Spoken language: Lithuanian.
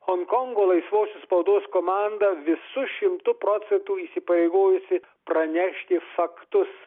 honkongo laisvosios spaudos komanda visu šimtu procentų įsipareigojusi pranešti faktus